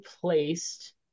placed